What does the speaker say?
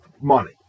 money